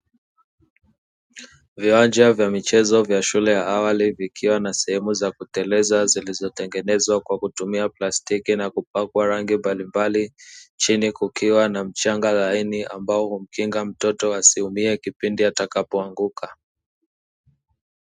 Viwanja vya michezo vya shule ya awali vikiwa na sehemu za kuteleza; zilizotengenezwa kwa kutumia plastiki na kupakwa rangi mbalimbali, chini kukiwa na mchanga laini ambao humkinga mtoto asiumie kipindi atakapoanguka.